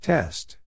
Test